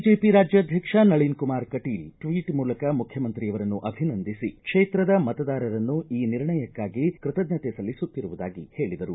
BJP ರಾಜ್ಯಾದ್ಯಕ್ಷ Nalin Kumar Kateel tweet ಮೂಲಕ ಮುಖ್ಯಮಂತ್ರಿಯವರನ್ನು ಅಭಿನಂದಿಸಿ ಕ್ಷೇತ್ರದ ಮತದಾರರನ್ನು ಈ ನಿರ್ಣಯಕ್ಕಾಗಿ ಕೃತಜ್ಞತೆ ಸಲ್ಲಿಸುತ್ತಿರುವುದಾಗಿ ಹೇಳಿದ್ದಾರೆ